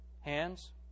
Hands